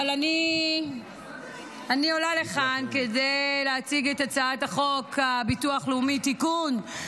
אבל אני עולה לכאן כדי להציג את הצעת חוק הביטוח הלאומי (תיקון,